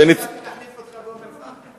נסעתי להחליף אותך באום-אל-פחם.